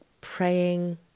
praying